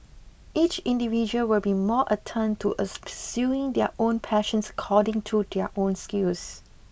each individual will be more attuned to as pursuing their own passions according to their own skills